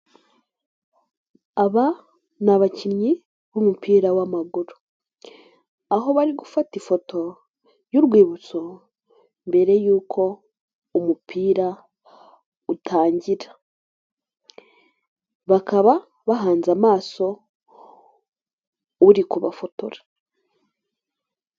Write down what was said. Abakinnyi b'umupira w'amaguru aho bari gufata ifoto y'urwibutso mbere yuko umupira utangira, bakaba bahanze amaso uri kubafotora.